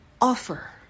offer